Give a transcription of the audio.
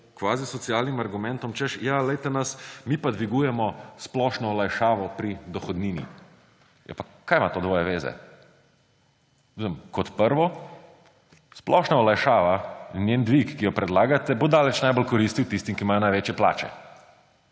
kvazisocialnim argumentom, češ, ja poglejte nas, mi pa dvigujemo splošno olajšavo pri dohodnini. Ja pa kaj ima to dvoje zveze? Kot prvo, splošna olajšava in njen dvig, ki ga predlagate, bo daleč najbolj koristil tistim, ki imajo največje plače.